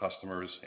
customers